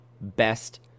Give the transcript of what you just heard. best